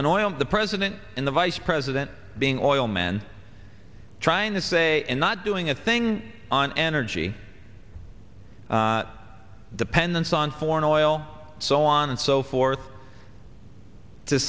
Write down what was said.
an oil the president and the vice president being all men trying to say and not doing a thing on energy dependence on foreign oil so on and so forth to